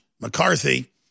McCarthy